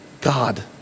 God